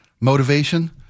motivation